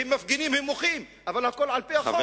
הם מפגינים, הם מוחים, אבל הכול על-פי החוק.